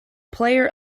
player